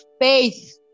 faith